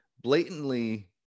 blatantly